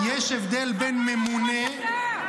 חבל על כל דקה, חבל על הזמן.